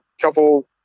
couple